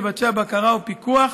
לבצע בקרה ופיקוח,